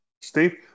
Steve